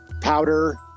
powder